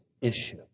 issue